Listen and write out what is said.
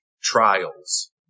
trials